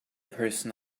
person